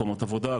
מקומות עבודה,